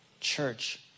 church